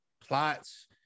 plots